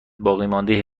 باقیمانده